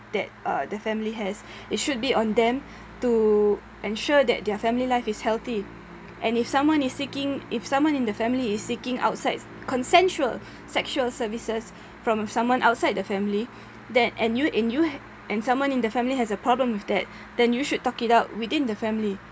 that uh the family has it should be on them to ensure that their family life is healthy and if someone is seeking if someone in the family is seeking outside consensual sexual services from someone outside the family that and you and you h~ and someone in the family has a problem with that then you should talk it out within the family